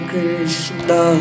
Krishna